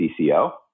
CCO